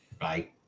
Bye